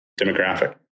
demographic